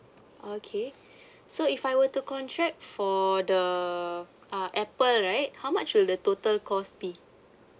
okay so if I were to contract for the uh apple right how much will the total cost be